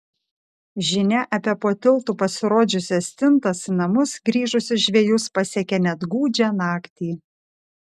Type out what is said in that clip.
žinia apie po tiltu pasirodžiusias stintas į namus grįžusius žvejus pasiekia net gūdžią naktį